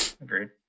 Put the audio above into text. Agreed